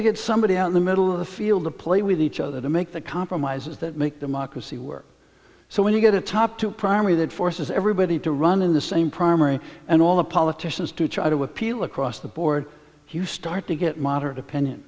to get somebody out in the middle of the field to play with each other to make the compromises that make democracy work so when you get a top two primary that forces everybody to run in the same primary and all the politicians to try to appeal across the board here start to get moderate opinion